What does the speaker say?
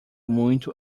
muito